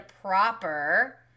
proper